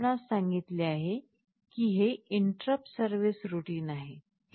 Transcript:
मी आपणास सांगितले आहे की हे इंटरप्ट सर्व्हिस रूटीन आहे